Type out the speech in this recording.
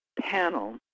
panel